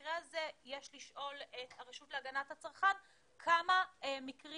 שבמקרה הזה יש לשאול את הרשות להגנת הצרכן כמה מקרים